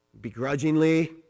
Begrudgingly